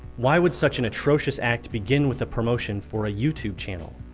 why would such an atrocious act begin with the promotion for a youtube channel?